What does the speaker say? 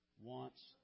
wants